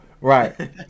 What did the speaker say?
right